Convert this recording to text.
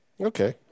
Okay